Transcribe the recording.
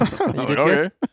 Okay